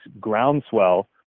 groundswell